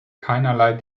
keinerlei